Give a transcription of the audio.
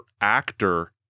actor